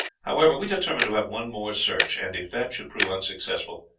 however, we determined to have one more search, and if that should prove unsuccessful,